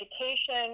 education